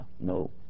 no